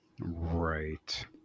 Right